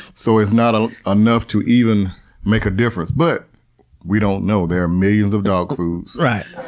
so it's not ah enough to even make a difference. but we don't know. there are millions of dog foods.